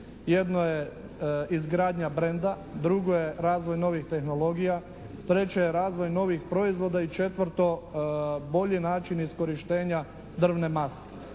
Jedno je izgradnja brenda, drugo je razvoj novih tehnologija, treće je razvoj novih proizvoda, i četvrto bolji način iskorištenja drvne mase.